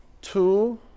Two